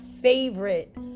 favorite